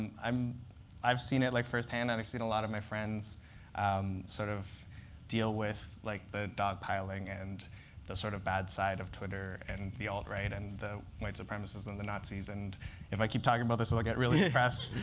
um i've seen it like firsthand. and i've seen a lot of my friends um sort of deal with like the dog piling and the sort of bad side of twitter and the alt-right and the white supremacists and the nazis. and if i keep talking about this, i'll i'll get really depressed.